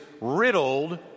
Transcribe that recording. riddled